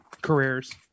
careers